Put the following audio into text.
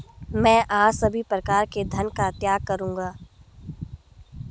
मैं आज सभी प्रकारों के धन का त्याग करूंगा